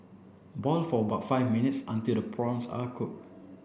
boil for about five minutes until the prawns are cooked